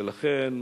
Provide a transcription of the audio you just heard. ולכן,